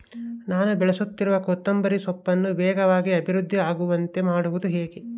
ನಾನು ಬೆಳೆಸುತ್ತಿರುವ ಕೊತ್ತಂಬರಿ ಸೊಪ್ಪನ್ನು ವೇಗವಾಗಿ ಅಭಿವೃದ್ಧಿ ಆಗುವಂತೆ ಮಾಡುವುದು ಹೇಗೆ?